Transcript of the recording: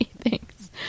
thanks